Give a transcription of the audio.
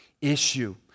issue